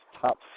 top